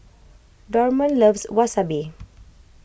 Dorman loves Wasabi